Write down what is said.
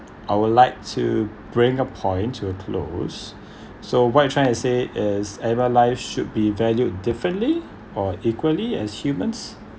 I would like to bring up point to a close so what you trying to say is animal lives should be valued differently or equally as humans